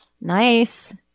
Nice